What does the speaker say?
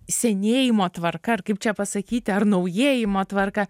senėjimo tvarka ar kaip čia pasakyti ar naujėjimo tvarka